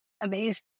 amazing